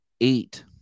eight